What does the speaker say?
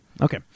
Okay